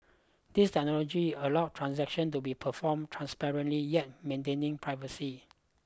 this technology allows transactions to be performed transparently yet maintaining privacy